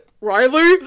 Riley